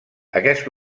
aquest